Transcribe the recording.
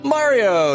Mario